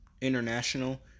international